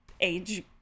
age